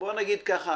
בוא נגיד ככה,